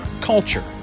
culture